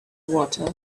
water